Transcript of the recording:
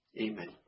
amen